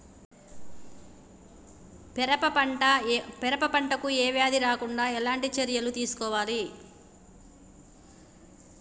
పెరప పంట కు ఏ వ్యాధి రాకుండా ఎలాంటి చర్యలు తీసుకోవాలి?